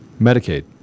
Medicaid